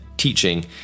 teaching